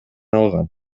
алган